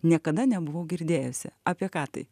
niekada nebuvau girdėjusi apie ką tai